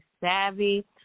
Savvy